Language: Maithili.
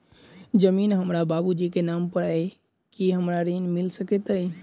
जमीन हमरा बाबूजी केँ नाम पर अई की हमरा ऋण मिल सकैत अई?